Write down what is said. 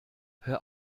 hör